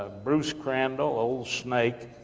ah bruce crandall, old snake,